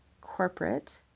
corporate